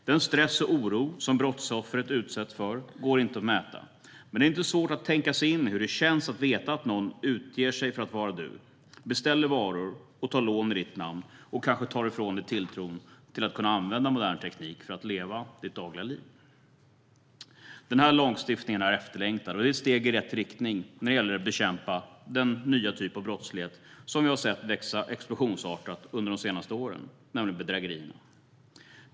Den stress och oro som brottsoffret utsätts för går inte att mäta, men det är inte svårt att tänka sig in i hur det känns att veta att någon annan utger sig för att vara du, beställer varor och tar lån i ditt namn och kanske tar ifrån dig tilltron till att kunna använda modern teknik för att leva ditt dagliga liv. Den här lagstiftningen är efterlängtad. Den är ett steg i rätt riktning när det gäller att bekämpa den nya typ av brottslighet som vi har sett växa explosionsartat under de senaste åren, nämligen bedrägerierna.